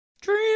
dream